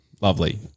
Lovely